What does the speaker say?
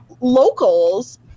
locals